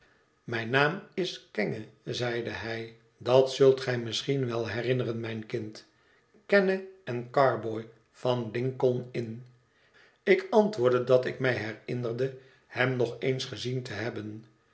mijn naam is kenge zeide hij dat zult gij u misschien wel herinneren mijn kind kenge en carboy van lincoln's inn ik antwoordde dat ik mij herinnerde hem nog eens gezien te hebben